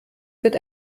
wird